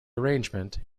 arrangement